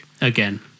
again